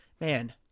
Man